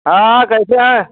हाँ कैसे हैं